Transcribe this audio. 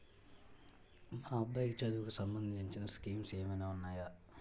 మా అబ్బాయి చదువుకి సంబందించిన స్కీమ్స్ ఏమైనా ఉన్నాయా?